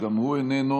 גם הוא איננו,